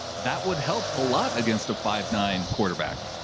that would help a lot against a five nine quarterback.